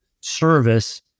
service